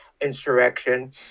insurrection